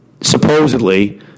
supposedly